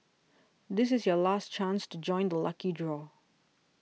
this is your last chance to join the lucky draw